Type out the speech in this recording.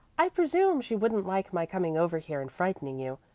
i presume she wouldn't like my coming over here and frightening you.